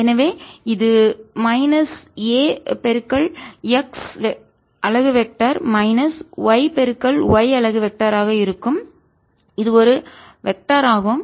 எனவே இது minus ax அலகு வெக்டர் மைனஸ் yy அலகு வெக்டர் ஆக இருக்கும் இது ஒரு வெக்டர் ஆகும்